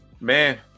Man